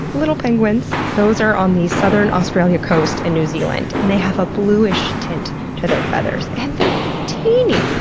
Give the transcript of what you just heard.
little penguins! those are on the southern australia coast and new zealand and they have a bluish tint to their feathers and they're teeny!